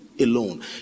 alone